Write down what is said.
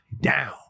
down